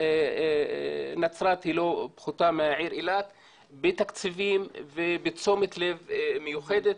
ונצרת לא פחותה מאילת בתקציבים ובתשומת לב מיוחדת.